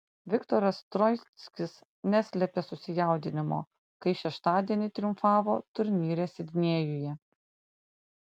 viktoras troickis neslėpė susijaudinimo kai šeštadienį triumfavo turnyre sidnėjuje